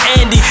Andy